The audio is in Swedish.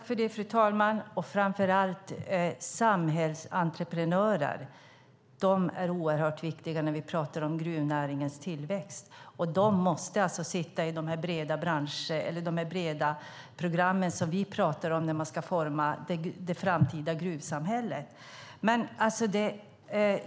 Fru talman! Framför allt samhällsentreprenörer är viktiga när vi talar om gruvnäringens tillväxt. De måste vara med i de breda program som vi talar om och där man ska forma det framtida gruvsamhället.